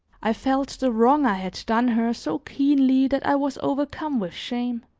i felt the wrong i had done her so keenly that i was overcome with shame.